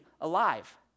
alive